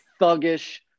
thuggish